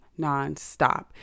nonstop